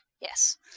Yes